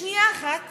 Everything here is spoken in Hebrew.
בשנייה אחת